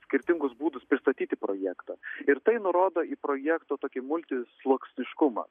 skirtingus būdus pristatyti projektą ir tai nurodo į projekto tokį multisluoksniškumą